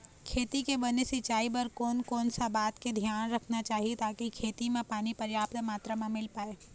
खेती के बने सिचाई बर कोन कौन सा बात के धियान रखना चाही ताकि खेती मा पानी पर्याप्त मात्रा मा मिल पाए?